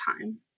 time